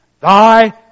Thy